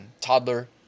toddler